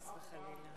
אף פעם לא.